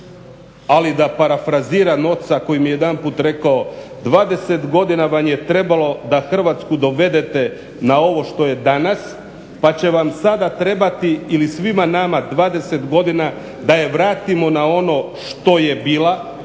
ali da parafraziram oca koji mi je jedanput rekao, 20 godina vam je trebalo da Hrvatsku dovedete na ovo što je danas, pa će vam sada trebati ili svima nama 20 godina da je vratimo na ono što je bila,